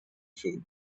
food